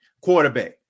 quarterback